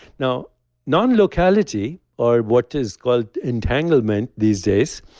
now non-locality or what is called entanglement these days,